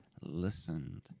listened